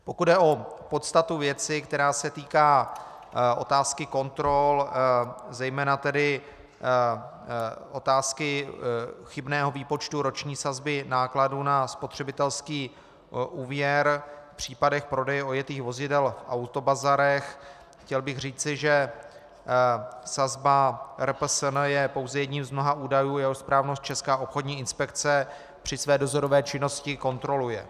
Pokud jde o podstatu věci, která se týká otázky kontrol, zejména tedy otázky chybného výpočtu roční sazby nákladů na spotřebitelský úvěr v případě prodeje ojetých vozidel v autobazarech, chtěl bych říci, že sazba RPSN je pouze jedním z mnoha údajů, jehož správnost Česká obchodní inspekce při své dozorové činnosti kontroluje.